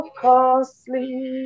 costly